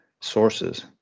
sources